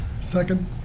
Second